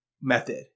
method